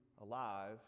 alive